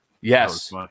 Yes